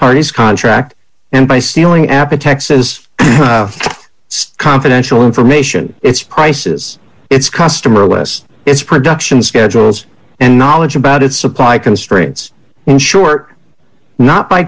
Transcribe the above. party's contract and by stealing apa texas confidential information its prices its customer less its production schedules and knowledge about its supply constraints in short not by